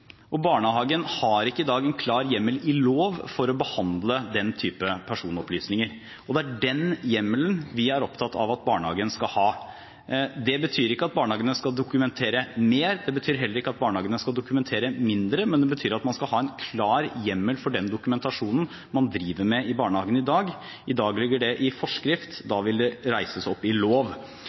og barnehagen har ikke i dag en klar hjemmel i lov for å behandle den typen personopplysninger, og det er den hjemmelen vi er opptatt av at barnehagen skal ha. Det betyr ikke at barnehagene skal dokumentere mer. Det betyr heller ikke at barnehagene skal dokumentere mindre, men det betyr at man skal ha en klar hjemmel for den dokumentasjonen man driver med i barnehagene i dag. I dag ligger det i forskrift, da vil det reises opp i lov.